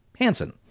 Hansen